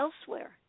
elsewhere